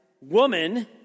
woman